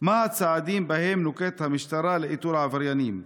2. מה הצעדים שנוקטת המשטרה לאיתור העבריינים?